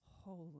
holy